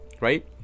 right